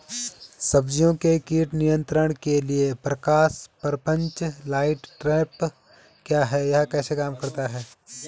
सब्जियों के कीट नियंत्रण के लिए प्रकाश प्रपंच लाइट ट्रैप क्या है यह कैसे काम करता है?